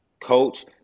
coach